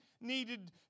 needed